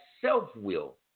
self-will